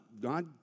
God